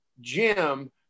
Jim